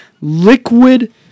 Liquid